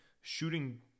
shooting